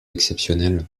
exceptionnels